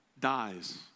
dies